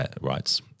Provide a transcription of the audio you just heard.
rights